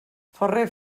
ferrer